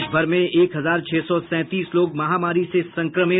देश भर में एक हजार छह सौ सैंतीस लोग महामारी से संक्रमित